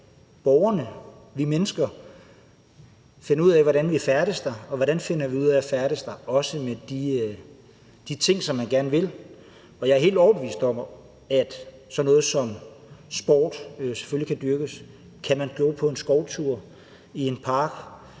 at borgerne, vi mennesker, finder ud af, hvordan vi færdes der? Og hvordan finder vi ud af at færdes der også i forhold til de ting, som vi gerne vil? Jeg er helt overbevist om, at sådan noget som sport selvfølgelig kan dyrkes der. Kan man gå på en skovtur i en park?